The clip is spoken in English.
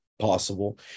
possible